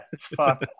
Fuck